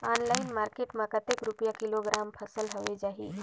Online market मां कतेक रुपिया किलोग्राम फसल हवे जाही?